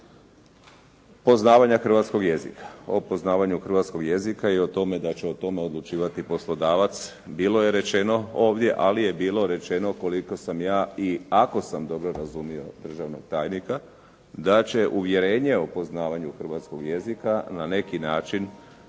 poznavanja hrvatskog jezika. O poznavanju hrvatskog jezika i o tome da će o tome odlučivati poslodavac bilo je rečeno ovdje, ali je bilo rečeno koliko sam ja i ako sam dobro razumio državnog tajnika da će uvjerenje o poznavanju hrvatskog jezika na neki način